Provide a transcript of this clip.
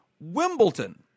Wimbledon